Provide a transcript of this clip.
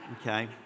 Okay